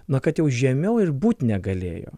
na kad jau žemiau ir būt negalėjo